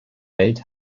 welt